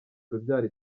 urubyaro